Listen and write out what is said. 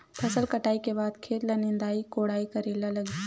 फसल कटाई के बाद खेत ल निंदाई कोडाई करेला लगही?